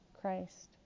Christ